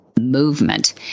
Movement